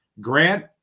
Grant